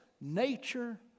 nature